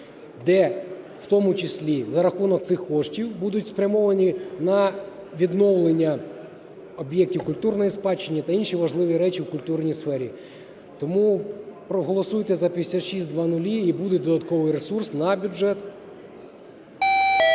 де в тому числі за рахунок цих коштів будуть спрямовані на відновлення об'єктів культурної спадщини та інші важливі речі в культурній сфері. Тому проголосуйте за 5600, і буде додатковий ресурс на бюджет.